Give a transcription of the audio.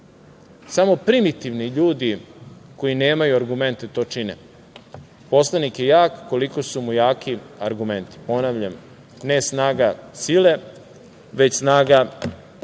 Samo primitivni ljudi koji nemaju argumente to čine. Poslanik je jak koliko su mu jaki argumenti. Ponavljam, ne snaga sile, već snaga